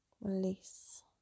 Release